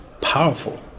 powerful